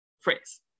phrase